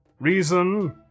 reason